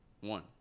One